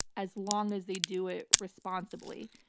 as long as they do it responsibly.